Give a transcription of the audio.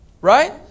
right